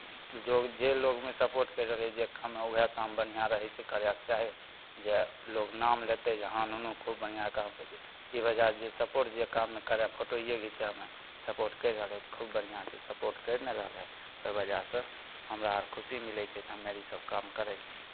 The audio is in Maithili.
जो जे लोकमे सपोर्ट करि रहलै जे काममे वएह काम बढ़िआँ रहै छै करैके चाही जे लोक नाम लेतै जे हँ नुनू खुब बढ़िआँ काम करै छै ई वजह जे सपोर्ट जे काममे करै फोटोए घिचैमे सपोर्ट करि रहलै तऽ खूब बढ़िआँसे सपोर्ट करि ने रहलै ओहि वजहसे हमरा आओर खुशी मिलै छै तऽ हमेआर ईसब काम करै छिए